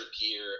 gear